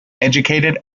educated